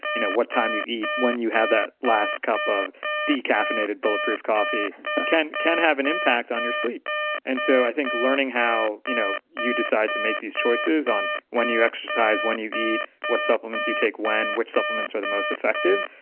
you know what time you eat, when you have that last cup of decaffeinated bulletproof coffee can can have an impact on your sleep and so i think learning how you know you decide to make these choices on when you exercise when you eat, what supplements you take when, which supplements are the most effective,